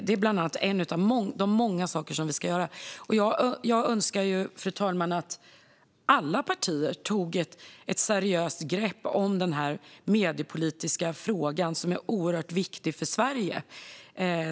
Det är en av många saker vi ska titta på. Fru talman! Jag önskar att alla partier kunde ta ett seriöst grepp om denna mediepolitiska fråga, som är oerhört viktig för Sverige.